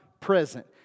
present